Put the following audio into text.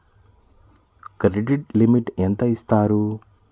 Credit limit ఎంత ఇస్తారు?